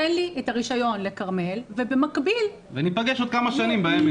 תן לי את הרישיון לכרמל ובמקביל --- וניפגש עוד כמה שנים בהעמק.